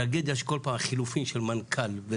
טרגדיה שכל פעם חילופים של מנכ"ל.